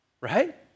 right